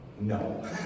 no